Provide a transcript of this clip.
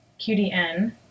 QDN